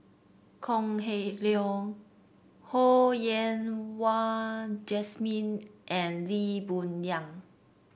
Kok Heng Leun Ho Yen Wah Jesmine and Lee Boon Yang